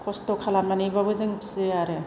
खस्थ' खालामनानैब्लाबो जोङो फियो आरो